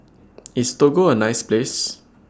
IS Togo A nice Place